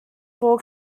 four